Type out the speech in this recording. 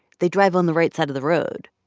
they drive on the right side of the road.